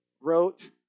wrote